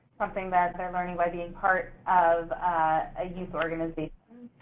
something that they're learning by being part of a youth organization.